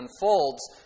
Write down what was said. unfolds